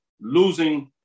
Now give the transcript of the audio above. losing